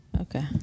Okay